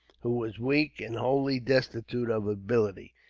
who was weak and wholly destitute of ability.